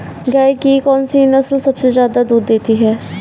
गाय की कौनसी नस्ल सबसे ज्यादा दूध देती है?